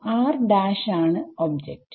ആണ് ഒബ്ജക്റ്റ്